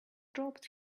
dropped